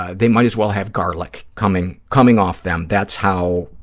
ah they might as well have garlic coming coming off them. that's how,